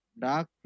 Dark